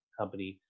company